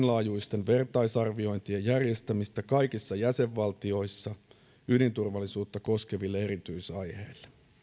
laajuisten vertaisarviointien järjestämistä kaikissa jäsenvaltioissa ydinturvallisuutta koskeville erityisaiheille